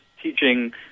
teaching